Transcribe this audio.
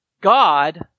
God